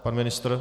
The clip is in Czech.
Pan ministr?